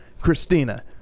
Christina